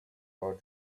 for